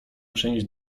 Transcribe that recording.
przenieść